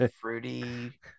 fruity